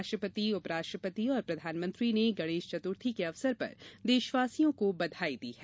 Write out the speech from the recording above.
राष्ट्रपति उपराष्ट्रपति और प्रधानमंत्री ने गणेश चतुर्थी के अवसर पर देशवासियों को बधाई दी है